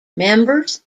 members